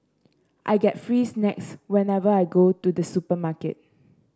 I get free snacks whenever I go to the supermarket